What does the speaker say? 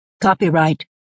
Copyright